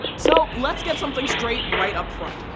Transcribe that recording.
so let's get something straight right up front.